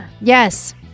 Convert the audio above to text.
Yes